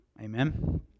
Amen